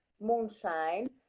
Moonshine